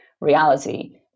reality